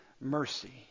mercy